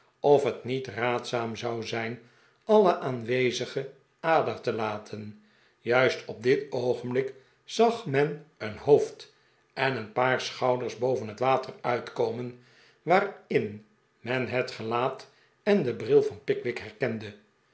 of het niet raadzaam zou zijn alle aanwezigen ader te laten juist op dit oogenblik zag men een hoofd en een paar schouders boven het water uitkomen waarin men het gelaat en den bril van pickwick herkende